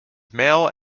male